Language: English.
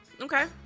Okay